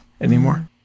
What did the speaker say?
anymore